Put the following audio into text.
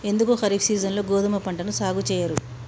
ఎందుకు ఖరీఫ్ సీజన్లో గోధుమ పంటను సాగు చెయ్యరు?